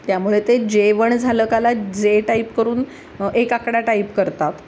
त्यामुळे ते जेवण झालं काला जे टाईप करून एक आकडा टाईप करतात